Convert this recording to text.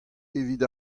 evit